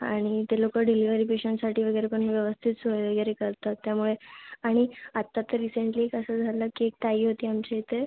आणि ते लोक डिलीवरी पेशंटसाठी वगैरे पण व्यवस्थित सोय वगैरे करतात त्यामुळे आणि आत्ता तर रिसेन्टली कसं झालं की एक ताई होती आमच्या इथे